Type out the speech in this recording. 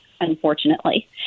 unfortunately